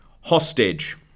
Hostage